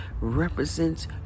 represents